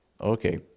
Okay